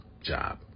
job